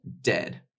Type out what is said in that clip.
dead